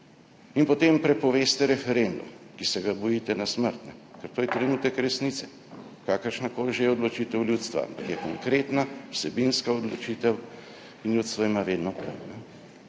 in potem prepoveste referendum, ki se ga bojite na smrt, ker to je trenutek resnice, kakršna koli že je odločitev ljudstva, ampak je konkretna vsebinska odločitev in ljudstvo ima vedno prav.